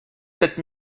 sept